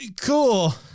cool